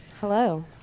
Hello